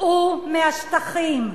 צאו מהשטחים.